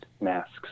masks